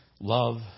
love